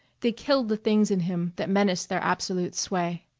they killed the things in him that menaced their absolute sway.